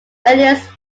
earliest